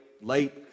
late